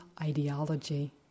ideology